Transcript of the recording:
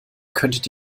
könntet